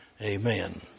Amen